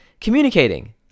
communicating